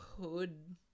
hood